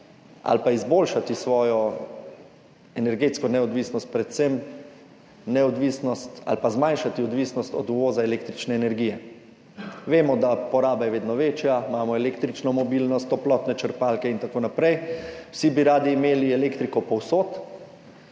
ali pa izboljšati svojo energetsko neodvisnost, predvsem neodvisnost, ali pa zmanjšati odvisnost od uvoza električne energije. Vemo, da je poraba vedno večja, imamo električno mobilnost, toplotne črpalke in tako naprej. Vsi bi radi imeli elektriko povsod,